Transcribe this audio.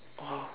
!wah!